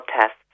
tests